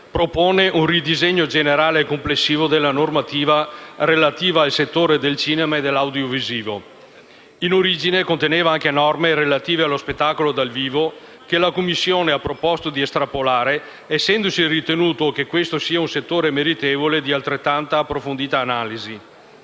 propone un ridisegno generale e complessivo della normativa relativa al settore del cinema e dell'audiovisivo. In origine conteneva anche norme relative allo spettacolo dal vivo, che la Commissione ha proposto di estrapolare essendosi ritenuto che questo sia un settore meritevole di altrettanta, approfondita analisi.